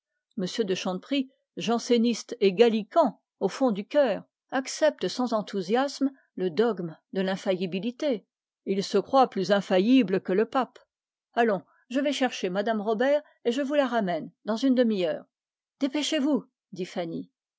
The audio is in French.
de chanteprie janséniste et gallican au fond du cœur accepte sans enthousiasme le dogme de l'infaillibilité et il se croit plus infaillible que le pape allons je vais chercher mme robert et je vous la ramène dans une demi-heure hâtez-vous dit fanny